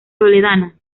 toledana